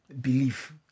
belief